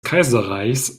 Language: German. kaiserreichs